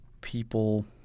people